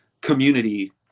community